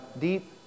deep